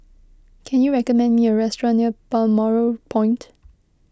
can you recommend me a restaurant near Balmoral Point